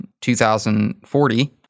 2040